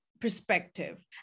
perspective